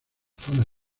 zona